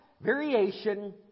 variation